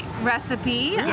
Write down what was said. recipe